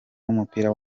w’umupira